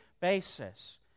basis